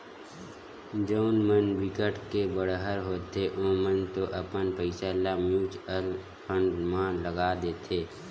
जउन मन बिकट के बड़हर होथे ओमन तो अपन पइसा ल म्युचुअल फंड म लगा देथे